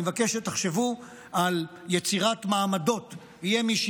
אני מבקש שתחשבו על יצירת מעמדות: יהיה מי